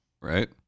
Right